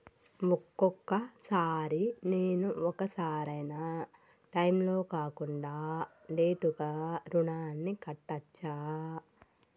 ఒక్కొక సారి నేను ఒక సరైనా టైంలో కాకుండా లేటుగా రుణాన్ని కట్టచ్చా?